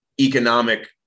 economic